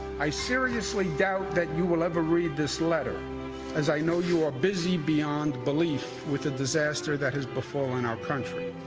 i seriously doubt that you will ever read this letter as i know you are busy beyond belief with the disaster that is in our country.